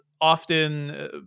often